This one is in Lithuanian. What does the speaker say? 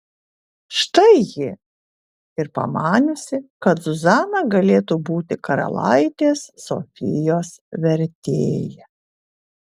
štai ji ir pamaniusi kad zuzana galėtų būti karalaitės sofijos vertėja